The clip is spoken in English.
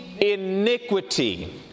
iniquity